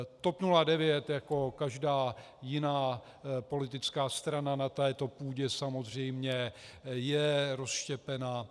TOP 09 jako každá jiná politická strana na této půdě samozřejmě je rozštěpena.